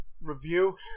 review